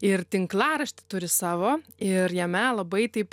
ir tinklaraštį turi savo ir jame labai taip